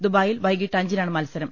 ദുബായിൽ വൈകീട്ട് അഞ്ചിനാണ് മത്സരം